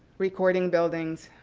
recording buildings,